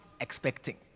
expecting